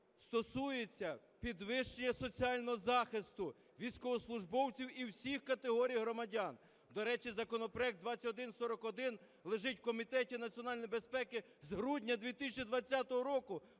стосуються підвищення соціального захисту військовослужбовців і всіх категорій громадян. До речі, законопроект 2141 лежить у Комітеті національної безпеки з грудня 2020 року